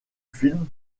film